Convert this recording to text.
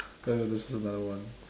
then you got to choose another one